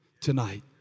tonight